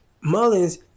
Mullins